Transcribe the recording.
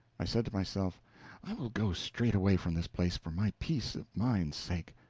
i said to myself i will go straight away from this place, for my peace of mind's sake.